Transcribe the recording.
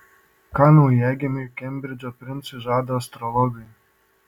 ką naujagimiui kembridžo princui žada astrologai